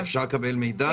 אפשר לקבל מידע?